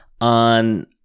on